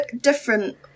different